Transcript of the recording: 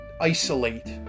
isolate